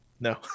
No